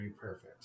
perfect